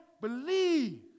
Believe